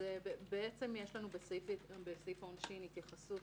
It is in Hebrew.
בעצם יש לנו בסעיף העונשין התייחסות